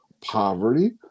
poverty